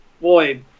boy